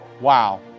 Wow